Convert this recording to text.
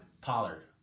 Pollard